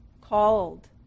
called